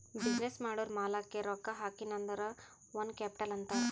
business ಮಾಡೂರ್ ಮಾಲಾಕ್ಕೆ ರೊಕ್ಕಾ ಹಾಕಿನ್ ಅಂದುರ್ ಓನ್ ಕ್ಯಾಪಿಟಲ್ ಅಂತಾರ್